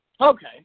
Okay